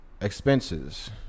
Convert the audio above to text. Expenses